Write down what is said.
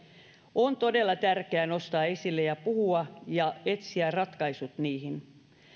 on todella tärkeää nostaa esille ja puhua ja etsiä ratkaisut niihin